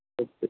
okay